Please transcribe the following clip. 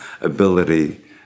ability